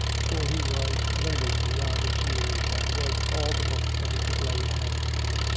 for he was learned beyond his years and read all the books that he could lay hand to.